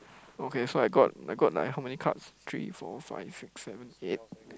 okay so I got I got like how many cards three four five six seven eight